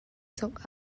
cawk